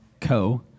co